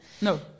No